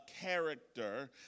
character